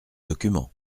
documents